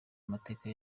amateka